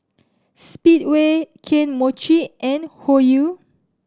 speedway Kane Mochi and Hoyu